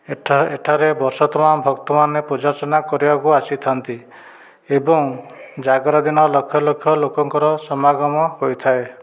ଏଠା ଏଠାରେ ବର୍ଷତମାମ ଭକ୍ତମାନେ ପୂଜାର୍ଚ୍ଚନା କରିବାକୁ ଆସିଥାନ୍ତି ଏବଂ ଜାଗର ଦିନ ଲକ୍ଷ ଲକ୍ଷ ଲୋକଙ୍କର ସମାଗମ ହୋଇଥାଏ